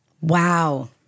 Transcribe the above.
Wow